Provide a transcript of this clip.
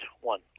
one